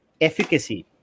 efficacy